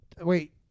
wait